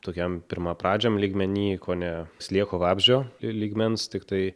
tokiam pirmapradžiam lygmeny kone slieko vabzdžio lygmens tiktai